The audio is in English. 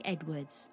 Edwards